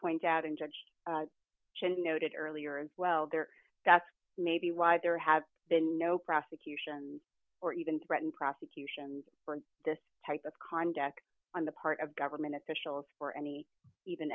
point out and judge should be noted earlier as well there that's maybe why there have been no prosecutions or even threatened prosecutions for this type of conduct on the part of government officials for any even